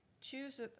choose